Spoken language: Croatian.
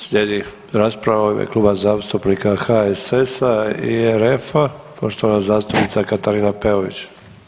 Slijedi rasprava u ime Kluba zastupnika HSS-a i RF-a, poštovana zastupnica Katarina Peović.